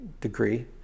degree